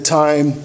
time